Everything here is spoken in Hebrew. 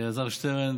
אלעזר שטרן,